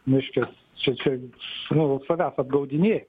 reiškias čia čia nu savęs apgaudinėjimas